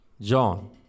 John